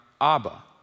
Abba